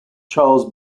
charles